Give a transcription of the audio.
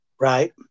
Right